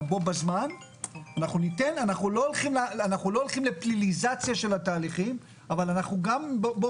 אנחנו לא הולכים לפליליזציה של התהליכים אבל אנחנו בו